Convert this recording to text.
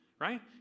right